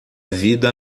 vida